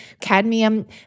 cadmium